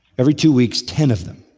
every two weeks, ten of them,